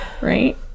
Right